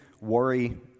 worry